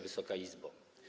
Wysoka Izbo!